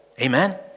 Amen